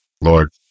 Lord